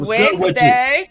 Wednesday